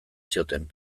zioten